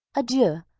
adieu,